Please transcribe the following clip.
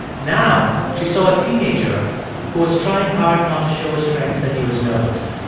now she saw a teenager who was trying hard not to show his friends that he was nervous.